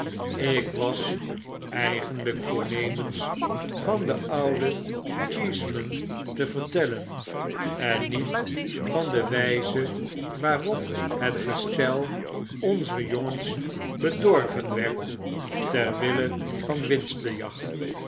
ik was eigenlyk voornemens van den ouden cheeseman te vertellen en niet van de wyze waarop het gestel onzer jongens bedorven werd ter wille van winstbejag